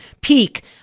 peak